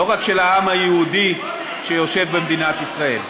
לא רק של העם היהודי שיושב במדינת ישראל.